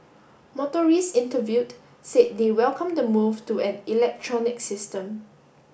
motorists interviewed said they welcome the move to an electronic system